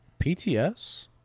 PTS